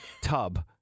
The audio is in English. tub